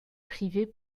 privée